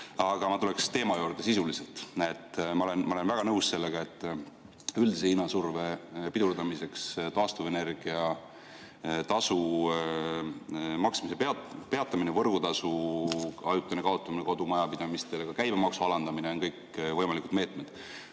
sisuliselt teema juurde. Ma olen väga nõus sellega, et üldise hinnasurve pidurdamiseks taastuvenergia tasu maksmise peatamine, võrgutasu ajutine kaotamine kodumajapidamistele ja ka käibemaksu alandamine on kõik võimalikud meetmed.